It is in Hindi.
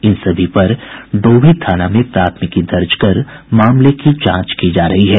इन सभी पर डोभी थाना में प्राथमिकी दर्ज कर मामले की जांच की जा रही है